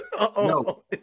No